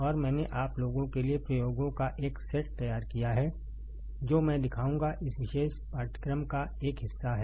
और मैंने आप लोगों के लिए प्रयोगों का एक सेट तैयार किया है जो मैं दिखाऊंगा इस विशेष पाठ्यक्रम का एक हिस्सा है